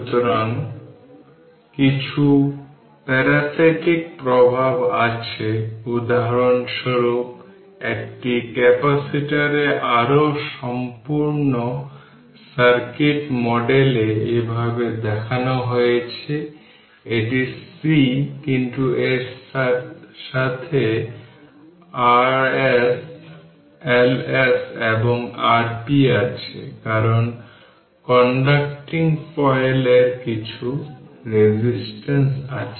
সুতরাং কিছু প্যারাসিটিক প্রভাব আছে উদাহরণস্বরূপ একটি ক্যাপাসিটরের আরও সম্পূর্ণ সার্কিট মডেল এ এইভাবে দেখানো হয়েছে এটি C কিন্তু এর সাথে Rs Ls এবং Rp আছে কারণ কন্ডাক্টিং ফয়েল এর কিছু রেজিস্টেন্স আছে